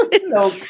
no